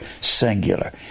singular